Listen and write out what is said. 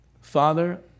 Father